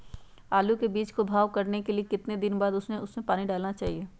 आलू के बीज के भाव करने के बाद कितने दिन बाद हमें उसने पानी डाला चाहिए?